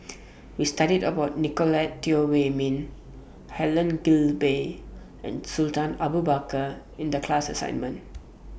We studied about Nicolette Teo Wei Min Helen Gilbey and Sultan Abu Bakar in The class assignment